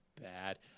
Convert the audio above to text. bad